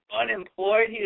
unemployed